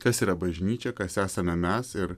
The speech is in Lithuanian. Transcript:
kas yra bažnyčia kas esame mes ir